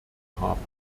haben